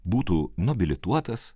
būtų nubilituotas